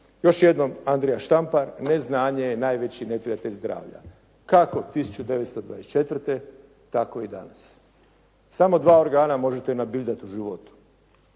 Još jednom Andrija Štampar “neznanje je najveći neprijatelj zdravlja“ kako 1924. tako i danas. Samo dva organa možete nabildat u životu,